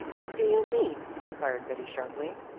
what do you mean? inquired betty sharply.